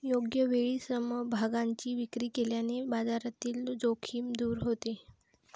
योग्य वेळी समभागांची विक्री केल्याने बाजारातील जोखीम दूर होते